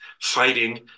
fighting